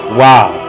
wow